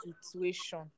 situation